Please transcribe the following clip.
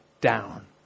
down